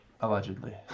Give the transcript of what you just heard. Allegedly